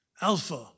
Alpha